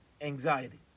anxiety